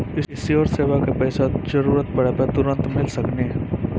इंश्योरेंसबा के पैसा जरूरत पड़े पे तुरंत मिल सकनी?